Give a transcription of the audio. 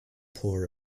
poor